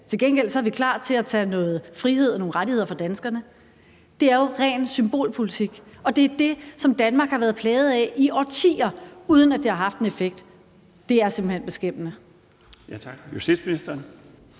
Til gengæld er vi klar til at tage noget frihed og nogle rettigheder fra danskerne. Det er jo ren symbolpolitik, og det er det, som Danmark har været plaget af i årtier, uden at det har haft en effekt. Det er simpelt hen beskæmmende.